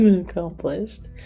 accomplished